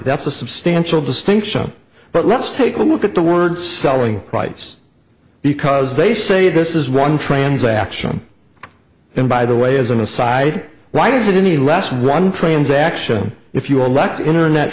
that's a substantial distinction but let's take a look at the word selling price because they say this is one transaction and by the way as an aside why is it any less one transaction if you elect internet